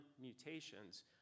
mutations